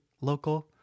local